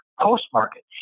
post-market